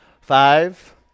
Five